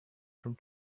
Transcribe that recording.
from